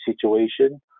situation